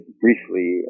briefly